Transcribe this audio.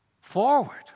forward